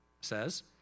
says